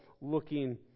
looking